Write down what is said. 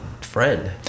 friend